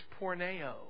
porneo